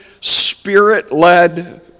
spirit-led